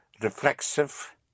reflexive